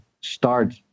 start